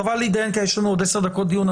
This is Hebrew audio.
חבל להתדיין, כי יש לנו עוד עשר דקות דיון.